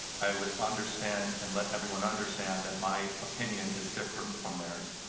i would understand and let everyone understand that my opinion is different from theirs,